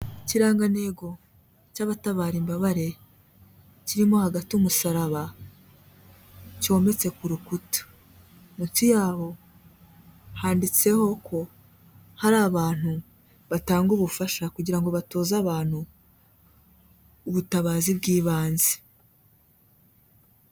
Ikirangantego cy'abatabara imbabare. Kirimo hagati y'umusaraba, cyometse ku rukuta. Munsi yabo handitseho ko hari abantu batanga ubufasha kugira ngo batoze abantu ubutabazi bw'ibanze.